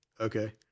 Okay